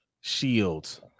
shields